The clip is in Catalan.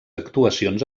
actuacions